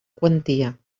quantia